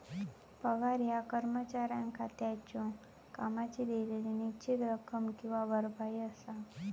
पगार ह्या कर्मचाऱ्याक त्याच्यो कामाची दिलेली निश्चित रक्कम किंवा भरपाई असा